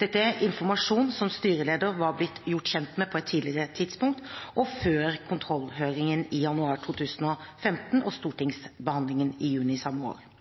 Dette er informasjon som styrelederen var blitt gjort kjent med på et tidligere tidspunkt, og før kontrollhøringen i januar 2015 og stortingsbehandlingen i juni samme år.